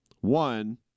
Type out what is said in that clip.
One